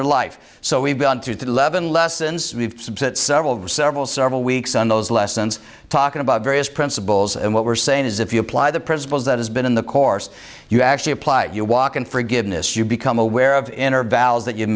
their life so we've gone through that eleven lessons several several several weeks on those lessons talking about various principles and what we're saying is if you apply the principles that has been in the course you actually applied your walk in forgiveness you become aware of enter bals that you